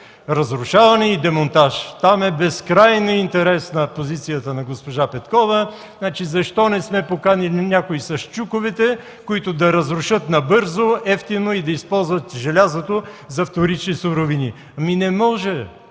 Разрушаване и демонтаж. Там е безкрайно интересна позицията на госпожа Петкова. Значи, защо не сме поканили някой с чуковете, които да разрушат набързо, евтино и да използват желязото за вторични суровини? Не може,